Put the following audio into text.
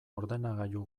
ordenagailu